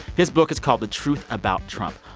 his book is called the truth about trump.